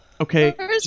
Okay